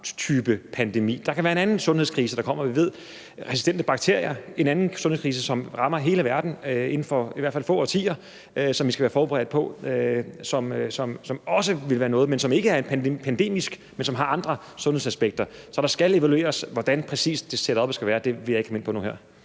type pandemi. Det kan være en anden sundhedskrise, der kommer, f.eks. resistente bakterier – en anden sundhedskrise, som rammer hele verden inden for i hvert fald få årtier, som vi skal være forberedt på, altså som også vil være noget, men som ikke er pandemisk, men har andre sundhedsaspekter. Så der skal evalueres, men hvordan setuppet præcis skal være, vil jeg ikke komme ind på nu her.